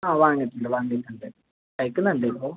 ആ വാങ്ങിയിട്ടുണ്ട് വാങ്ങിയിട്ടുണ്ട് കഴിക്കുന്നൂണ്ട് ഇപ്പോൾ